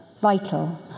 vital